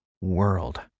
world